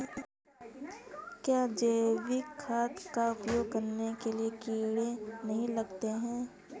क्या जैविक खाद का उपयोग करने से कीड़े नहीं लगते हैं?